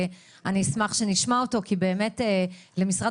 ואני אשמח שנשמע אותו כי באמת למשרד